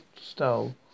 style